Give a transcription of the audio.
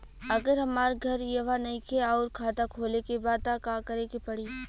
अगर हमार घर इहवा नईखे आउर खाता खोले के बा त का करे के पड़ी?